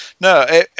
No